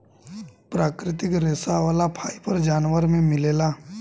प्राकृतिक रेशा वाला फाइबर जानवर में मिलेला